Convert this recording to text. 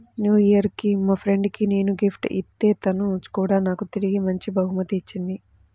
new year కి మా friend కి నేను గిఫ్ట్ ఇత్తే తను కూడా నాకు తిరిగి మంచి బహుమతి ఇచ్చింది